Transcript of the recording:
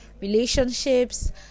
relationships